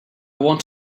want